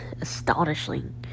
astonishing